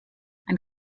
ein